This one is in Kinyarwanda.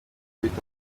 wita